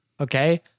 okay